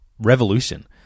Revolution